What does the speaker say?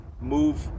move